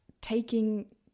taking